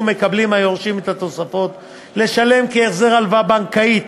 מקבלים היורשים את התוספות לשלם כהחזר הלוואה בנקאית